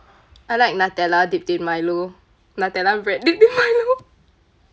I like nutella dipped in milo nutella bread dipped in milo